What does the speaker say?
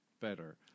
better